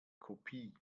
kopie